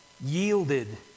yielded